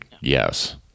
yes